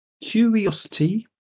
curiosity